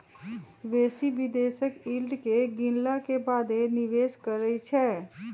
बेशी निवेशक यील्ड के गिनला के बादे निवेश करइ छै